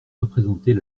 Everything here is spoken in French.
représentées